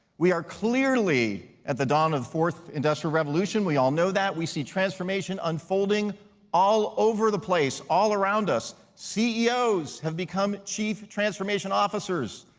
we are clearly at the dawn of fourth industrial revolution, we all know that. we see transformation unfolding all over the place, all around us. ceos have become chief transformation officers.